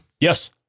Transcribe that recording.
Yes